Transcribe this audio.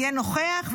יהיה נוכח,